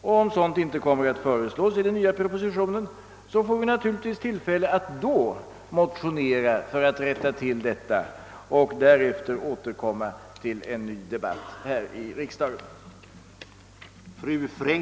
Om ett sådant inte kommer att föreslås i den väntade propositionen, så får vi naturligtvis tillfälle att då motionera för att rätta till den saken och därefter återkomma till en ny debatt här i kammaren.